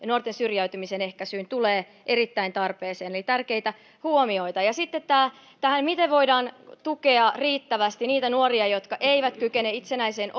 nuorten syrjäytymisen ehkäisyyn tulee erittäin tarpeeseen eli tärkeitä huomioita ja miten sitten voidaan tukea riittävästi niitä nuoria jotka eivät kykene itsenäiseen